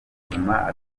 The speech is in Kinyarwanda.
bigatuma